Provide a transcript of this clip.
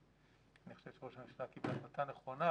אני חושב שראש הממשלה קיבל החלטה נכונה,